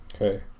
Okay